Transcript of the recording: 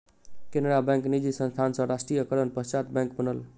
केनरा बैंक निजी संस्थान सॅ राष्ट्रीयकरणक पश्चात बैंक बनल